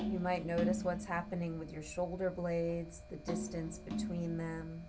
you might notice what's happening with your shoulder blades the distance between them